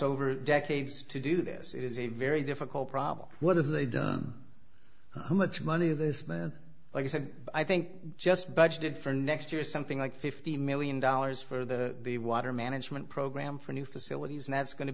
over decades to do this it is a very difficult problem what have they done how much money this man like i said i think just budgeted for next year something like fifty million dollars for the the water management program for new facilities and that's going to